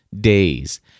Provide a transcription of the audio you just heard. days